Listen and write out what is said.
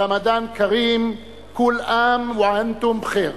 רמדאן כרים, כול עאם ואנתום בח'יר.